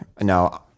no